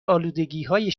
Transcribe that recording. الودگیهای